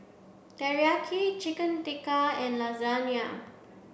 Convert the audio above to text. Teriyaki Chicken Tikka and Lasagna